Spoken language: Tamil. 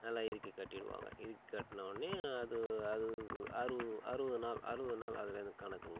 நல்லா இறுக்கிக் கட்டிவிடுவாங்க இறுக்கி கட்டினவுடனே அது அது அறு அறுபது நாள் அறுபது நாள் அதுலருந்து கணக்குங்க